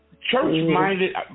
Church-minded